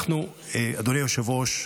אנחנו, אדוני היושב-ראש,